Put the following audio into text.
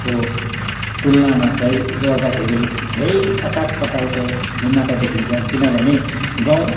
को तुलनामा चाहिँ जोड्दाखेरि धेरै आकाश पातलको भिन्नता देखिन्छ किनभने गाँउ